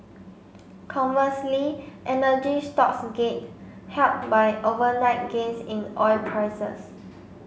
conversely energy stocks gained helped by overnight gains in oil prices